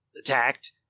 attacked